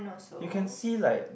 you can see like